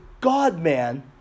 God-man